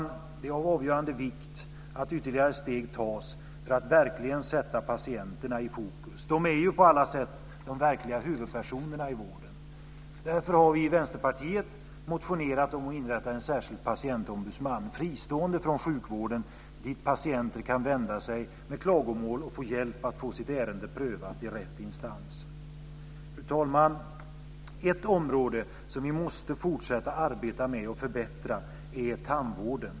Det är av avgörande vikt att ytterligare steg tas för att verkligen sätta patienterna i fokus. De är ju på alla sätt de verkliga huvudpersonerna i vården. Därför har vi i Vänsterpartiet motionerat om att inrätta en särskild patientombudsman, fristående från sjukvården, dit patienter kan vända sig med klagomål och få hjälp att få sitt ärende prövat i rätt instans. Fru talman! Ett område som vi måste fortsätta att arbeta med och förbättra är tandvården.